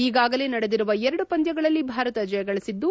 ಈಗಾಗಲೇ ನಡೆದಿರುವ ಎರಡು ಪಂದ್ಯಗಳಲ್ಲಿ ಭಾರತ ಜಯಗಳಿಸಿದ್ದು